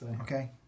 Okay